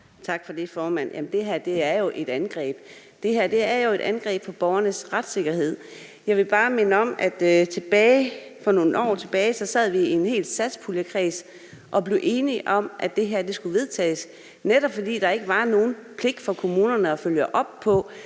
er jo et angreb. Det her er jo et angreb på borgernes retssikkerhed. Jeg vil bare minde om, at for nogle år siden sad vi en hel satspuljekreds og blev enige om, at det her skulle vedtages, netop fordi der ikke var nogen pligt for kommunerne til at følge op på